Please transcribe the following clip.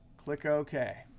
click ok.